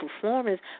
Performance